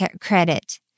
credit